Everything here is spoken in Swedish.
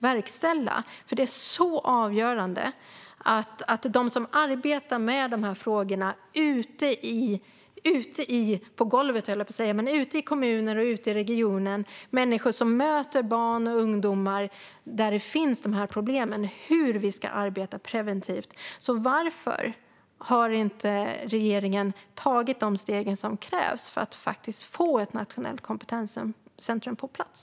Hur vi ska arbeta preventivt är så avgörande för dem som arbetar med dessa frågor ute på golvet, höll jag på att säga, i kommuner och regioner - människor som möter barn och ungdomar med dessa problem. Så varför har inte regeringen tagit de steg som krävs för att få ett nationellt kompetenscentrum på plats?